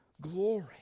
glory